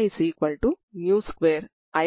ఇస్తుంది ఇక్కడ Tt≠0